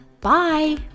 Bye